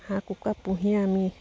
হাঁহ কুকুৰা পুহি আমি